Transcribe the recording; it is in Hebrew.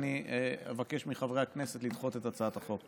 אני אבקש מחברי הכנסת לדחות את הצעת החוק.